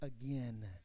again